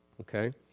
Okay